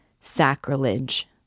Sacrilege